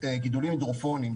גידולים הידרופוניים,